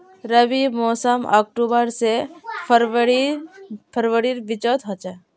रविर मोसम अक्टूबर से फरवरीर बिचोत होचे